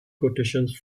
quotations